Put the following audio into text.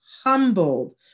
humbled